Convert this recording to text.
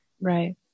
Right